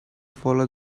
follow